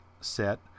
set